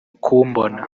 kumbona